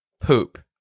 Poop